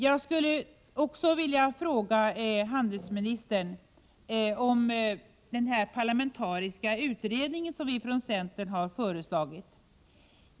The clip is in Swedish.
Jag skulle också vilja vända mig till utrikeshandelsministern med anledning av den parlamentariska delegation som vi från centern har föreslagit.